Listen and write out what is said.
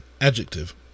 adjective